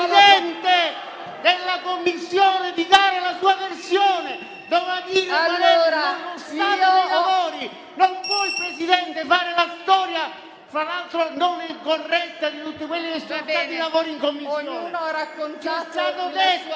Presidente della Commissione di dare la sua versione, doveva dire qual è lo stato dei lavori, non può egli fare la storia, tra l'altro non corretta, di tutti quelli che sono stati i lavori in Commissione.